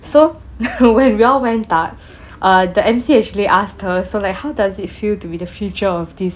so when we all went up uh the emcee actually asked her so like how does it feel to be the future of this